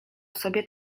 sobie